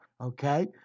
okay